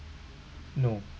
no